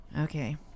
Okay